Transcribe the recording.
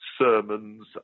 Sermons